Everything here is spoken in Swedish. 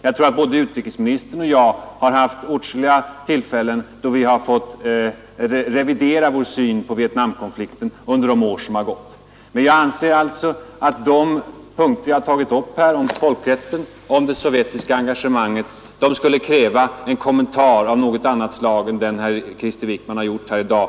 Jag tror att både utrikesministern och jag under de år som har gått vid åtskilliga tillfällen har fått revidera vår syn på Vietnamkonflikten. Men jag anser att de punkter jag tagit upp här, om folkrätten och om det sovjetiska engagemanget, skulle kräva en kommentar från den svenska regeringen av annat slag än den herr Krister Wickman har gjort här i dag.